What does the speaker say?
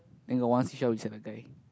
then got one seashell is at the guy